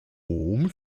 rom